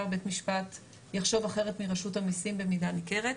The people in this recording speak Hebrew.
בית משפט יחשוב אחרת מרשות המיסים במידה ניכרת,